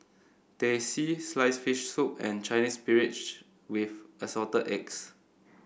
Teh C sliced fish soup and Chinese Spinach with Assorted Eggs